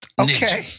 Okay